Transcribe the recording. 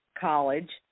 college